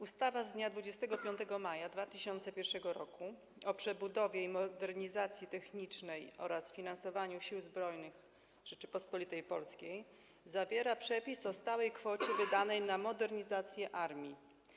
Ustawa z dnia 25 maja 2001 r. o przebudowie i modernizacji technicznej oraz finansowaniu Sił Zbrojnych Rzeczypospolitej Polskiej zawiera przepis o stałej kwocie wydawanej na modernizację armii.